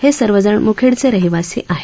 हे सर्व जण मुखेडचे रहिवासी आहेत